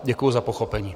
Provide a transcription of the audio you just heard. Děkuji za pochopení.